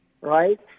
right